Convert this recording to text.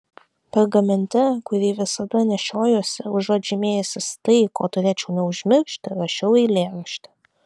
pergamente kurį visada nešiojuosi užuot žymėjęsis tai ko turėčiau neužmiršti rašiau eilėraštį